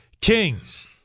Kings